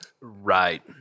Right